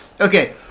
Okay